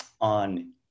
on